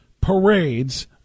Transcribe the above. parades